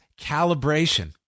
calibration